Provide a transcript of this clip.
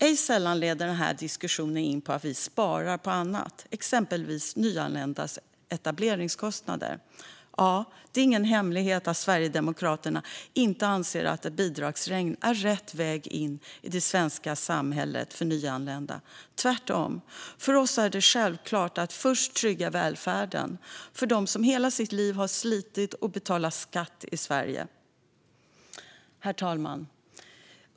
Ej sällan leder den här diskussionen in på att vi sparar på annat, exempelvis nyanländas etableringskostnader. Ja, det är ingen hemlighet att Sverigedemokraterna inte anser att ett bidragsregn är rätt väg in i det svenska samhället för nyanlända, tvärtom. För oss är det självklart att först trygga välfärden för dem som hela sitt liv har slitit och betalat skatt i Sverige. Herr talman!